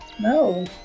no